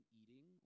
eating